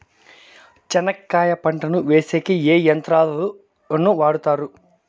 చెనక్కాయ పంటను వేసేకి ఏ యంత్రాలు ను వాడుతారు?